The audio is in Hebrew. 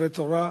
ספרי תורה,